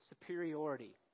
superiority